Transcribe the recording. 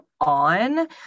on